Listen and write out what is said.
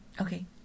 Okay